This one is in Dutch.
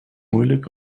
moeilijk